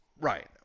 Right